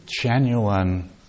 genuine